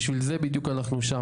בשביל זה בדיוק אנחנו שם,